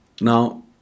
Now